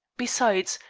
besides,